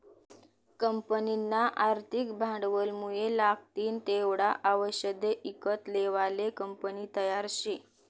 कंपनीना आर्थिक भांडवलमुये लागतीन तेवढा आवषदे ईकत लेवाले कंपनी तयार शे